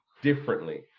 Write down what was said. differently